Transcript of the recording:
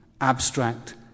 abstract